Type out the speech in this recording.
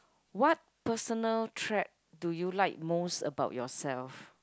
what personal trait do you like most about yourself